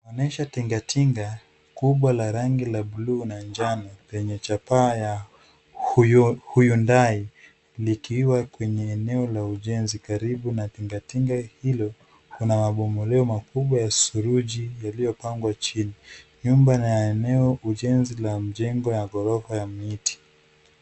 Inaonyesha tingatinga kubwa la rangi la bluu na njano lenye chapaa ya Hyundai likiwa kwenye eneo la ujenzi. Karibu na tingatinga hilo, kuna mabomoleo makubwa ya suruji yaliyopangwa chini. Nyumba na eneo ujenzi la mjengo ya ghorofa ya mti.